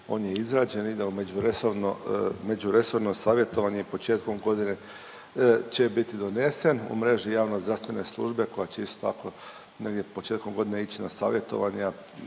u međuresorno, međuresorno savjetovanje početkom godine će biti donesen. U mreži javnozdravstvene službe koja će isto tako negdje početkom godine ići na savjetovanja,